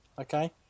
Okay